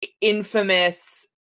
infamous